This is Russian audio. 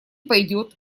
пойдет